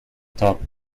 talk